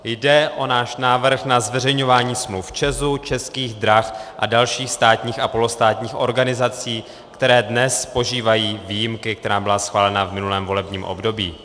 Jde o náš návrh na zveřejňování smluv ČEZu, Českých drah a dalších státních a polostátních organizací, které dnes požívají výjimky, která byla schválena v minulém volebním období.